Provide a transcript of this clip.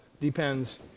Depends